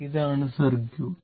ഇതാണ് സർക്യൂട്ട്